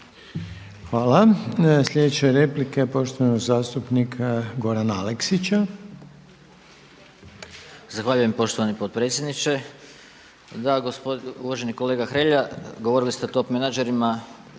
Hvala. Slijedeća replika je poštovanog zastupnika Gorana Aleksića. **Aleksić, Goran (SNAGA)** Zahvaljujem poštovani potpredsjedniče. Da uvaženi kolega Hrelja, govorili ste o top menadžerima